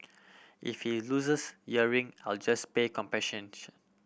if he loses I'll just pay compensation